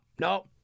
no